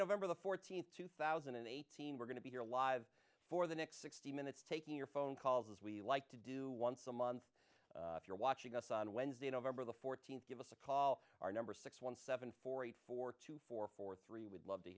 november the fourteenth two thousand and eighteen we're going to be here live for the next sixty minutes taking your phone calls as we like to do once a month if you're watching us on wednesday november the fourteenth give us a call our number six one seven four eight four two four four three would love to